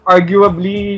Arguably